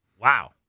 Wow